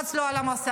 לחץ לה על המסך.